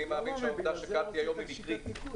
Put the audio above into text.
אני מאמין שהעובדה שקמתי היום היא נס.